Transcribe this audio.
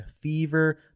fever